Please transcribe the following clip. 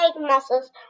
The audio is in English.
muscles